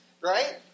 Right